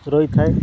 ରହିଥାଏ